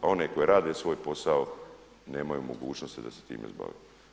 A one koje rade svoj posao nemaju mogućnosti da se time bave.